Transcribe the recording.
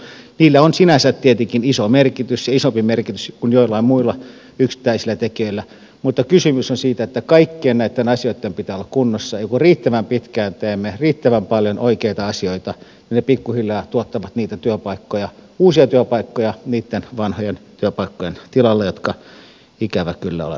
niillä on sinänsä tietenkin iso merkitys ja isompi merkitys kuin joillain muilla yksittäisillä tekijöillä mutta kysymys on siitä että kaikkien näitten asioitten pitää olla kunnossa ja kun riittävän pitkään teemme riittävän paljon oikeita asioita niin ne pikku hiljaa tuottavat niitä työpaikkoja uusia työpaikkoja niitten vanhojen työpaikkojen tilalle jotka ikävä kyllä olemme menettäneet